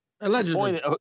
allegedly